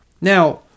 Now